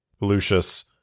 Lucius